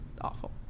awful